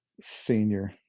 senior